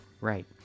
right